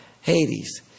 Hades